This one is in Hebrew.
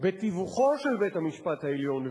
בתיווכו של בית-המשפט העליון,